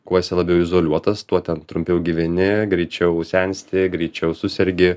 kuo esi labiau izoliuotas tuo ten trumpiau gyveni greičiau sensti greičiau susergi